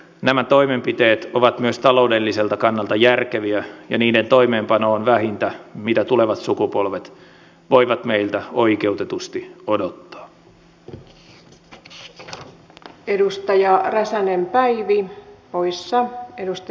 nämä toimenpiteet ovat myös taloudelliselta kannalta järkeviä ja niiden toimeenpano on vähintä mitä tulevat sukupolvet voivat meiltä oikeutetusti odottaa